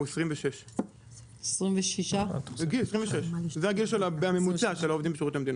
26. גיל 26. זה הגיל הממוצע של העובדים בשירות המדינה.